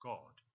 God